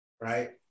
Right